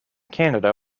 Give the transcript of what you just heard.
canada